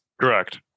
Correct